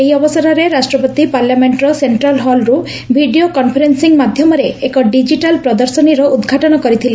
ଏହି ଅବସରରେ ରାଷ୍ଟ୍ରପତି ପାର୍ଲାମେକ୍କର ସେକ୍ଟ୍ରାଲ୍ ହଲ୍ରୁ ଭିଡ଼ିଓ କନଫରେନ୍ବିଂ ମାଧ୍ଧମରେ ଏକ ଡିଜିଟାଲ୍ ପ୍ରଦର୍ଶନୀର ଉଦ୍ଘାଟନ କରିଥିଲେ